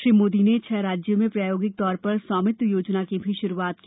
श्री मोदी ने छह राज्यों में प्रायोगिक तौर पर स्वामित्व योजना की भी श्रूआत की